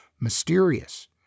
mysterious